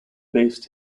based